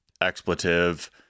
expletive